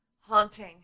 haunting